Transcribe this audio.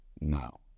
now